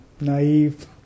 naive